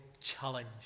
challenge